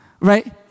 right